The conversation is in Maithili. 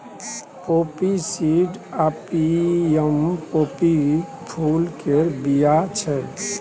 पोपी सीड आपियम पोपी फुल केर बीया छै